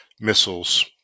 missiles